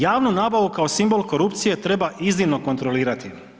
Javnu nabavu kao simbol korupcije treba iznimno kontrolirati.